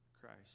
Christ